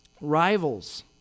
rivals